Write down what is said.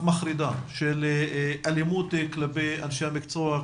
מחרידה של אלימות כלפי אנשי המקצוע,